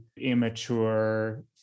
immature